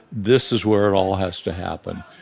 this is where it all has to happen.